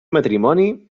matrimoni